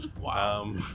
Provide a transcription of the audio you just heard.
Wow